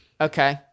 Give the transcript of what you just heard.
Okay